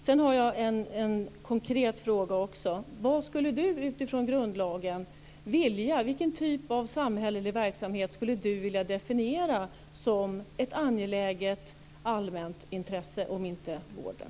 Sedan har jag en konkret fråga. Vilken typ av samhällelig verksamhet skulle Per Unckel utifrån grundlagen vilja definiera som ett angeläget allmänt intresse, om inte vården?